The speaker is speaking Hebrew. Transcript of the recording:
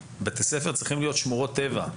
בתי הספר צריכים להיות עוד יותר שמורות טבע,